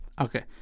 Okay